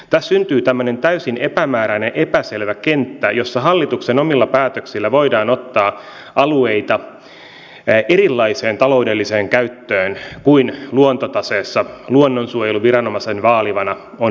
tässä syntyy tämmöinen täysin epämääräinen epäselvä kenttä jossa hallituksen omilla päätöksillä voidaan ottaa alueita erilaiseen taloudelliseen käyttöön kuin mikä luontotaseessa luonnonsuojeluviranomaisen vaalimana on normaali käytäntö